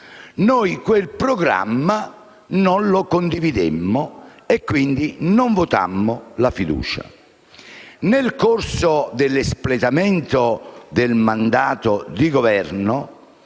al Parlamento, non lo condividemmo e quindi non votammo la fiducia. Nel corso dell'espletamento del mandato di Governo